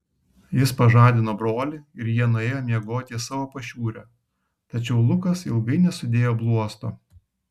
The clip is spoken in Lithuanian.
jis pažadino brolį ir jie nuėjo miegoti į savo pašiūrę tačiau lukas ilgai nesudėjo bluosto